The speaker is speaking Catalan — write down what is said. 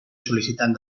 sol·licitant